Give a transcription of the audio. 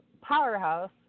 Powerhouse